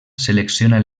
selecciona